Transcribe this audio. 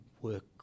work